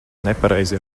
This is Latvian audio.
nepareizi